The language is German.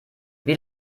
wie